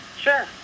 Sure